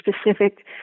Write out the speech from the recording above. specific